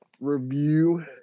Review